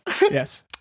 Yes